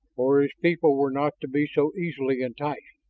or his people were not to be so easily enticed.